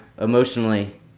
emotionally